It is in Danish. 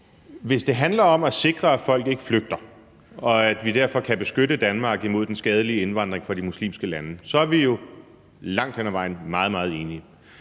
hvis det handler om at sikre, at folk ikke flygter, og at vi derfor kan beskytte Danmark mod den skadelige indvandring fra de muslimske lande, så er vi jo langt hen ad vejen meget, meget enige.